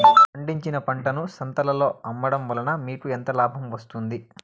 పండించిన పంటను సంతలలో అమ్మడం వలన మీకు ఎంత లాభం వస్తుంది?